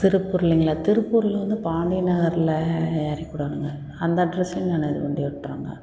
திருப்பூர்லைங்களா திருப்பூர்லருந்து பாண்டிய நகரில் இறக்கிவுடோணுங்க அந்த அட்ரஸ்ல நான் அது கொண்டி விட்றங்க